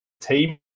team